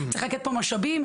צריך לתת פה משאבים,